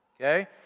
Okay